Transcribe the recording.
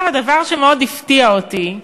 הדבר שמאוד הפתיע אותי,